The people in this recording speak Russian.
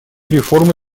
реформы